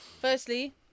Firstly